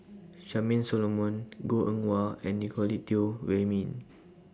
Charmaine Solomon Goh Eng Wah and Nicolette Teo Wei Min